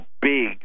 big